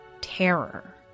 terror